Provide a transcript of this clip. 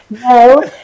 No